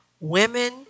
women